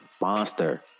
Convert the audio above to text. Monster